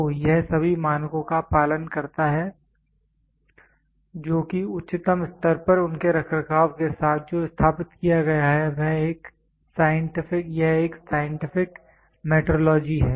तो यह सभी मानकों का पालन करता है जोकि उच्चतम स्तर पर उनके रखरखाव के साथ जो स्थापित किया गया है यह एक साइंटिफिक मेट्रोलॉजी है